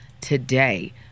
today